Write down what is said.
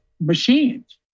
machines